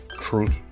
truth